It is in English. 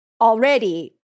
already